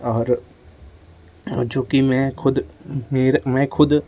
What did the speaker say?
और जो कि मैं ख़ुद मेर मैं ख़ुद